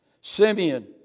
Simeon